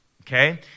okay